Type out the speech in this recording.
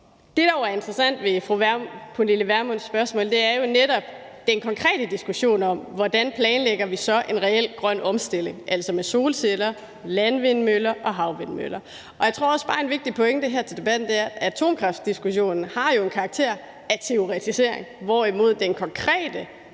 Det, der jo er interessant ved fru Pernille Vermunds spørgsmål, er jo netop den konkrete diskussion om, hvordan vi så planlægger en reel grøn omstilling, altså med solceller, landvindmøller og havvindmøller. Jeg tror også bare, at en vigtig pointe her i debatten er, at atomkraftdiskussionen jo har en karakter af teoretisering, hvorimod den konkrete